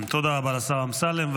תודה רבה לשר אמסלם.